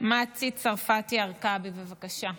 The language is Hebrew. מטי צרפתי הרכבי, בבקשה.